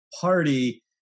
party